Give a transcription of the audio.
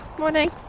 morning